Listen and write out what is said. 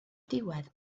diwedd